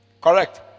correct